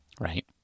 Right